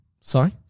Sorry